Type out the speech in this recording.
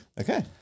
Okay